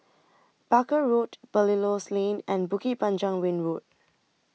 Barker Road Belilios Lane and Bukit Panjang Ring Road